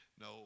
no